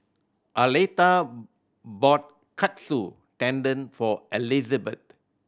Aleta bought Katsu Tendon for Elizbeth